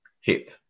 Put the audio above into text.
hip